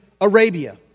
Arabia